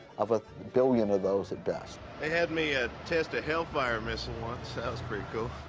of a billion of those at best. they had me ah test a hellfire missile once. that was pretty cool.